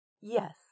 Yes